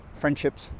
friendships